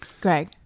Greg